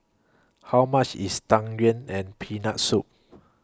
How much IS Tang Yuen and Peanut Soup